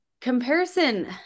comparison